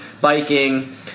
biking